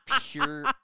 pure